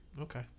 okay